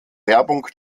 werbung